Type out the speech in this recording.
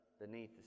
beneath